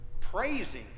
praising